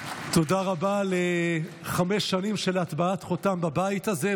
תודה רבה על חמש שנים של הטבעת חותם בבית הזה.